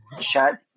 Shut